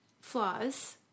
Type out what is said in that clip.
flaws